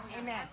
Amen